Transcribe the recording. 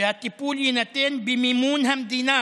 והטיפול יינתן במימון המדינה